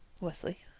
Wesley